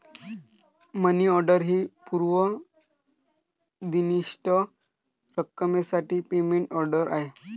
मनी order ही पूर्व निर्दिष्ट रकमेसाठी पेमेंट ऑर्डर आहे